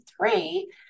three